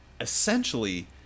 essentially